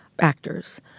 actors